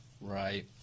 Right